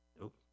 Nope